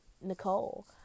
Nicole